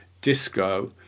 disco